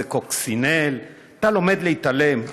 איזה קוקסינל אתה לומד להתעלם,